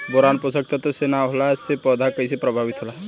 Boron पोषक तत्व के न होला से पौधा कईसे प्रभावित होला?